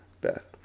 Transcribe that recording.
Beth